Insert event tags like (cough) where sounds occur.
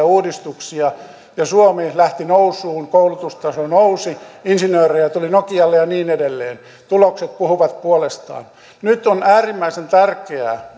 (unintelligible) uudistuksia ja suomi lähti nousuun koulutustaso nousi insinöörejä tuli nokialle ja niin edelleen tulokset puhuvat puolestaan nyt on äärimmäisen tärkeää (unintelligible)